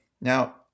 Now